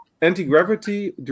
anti-gravity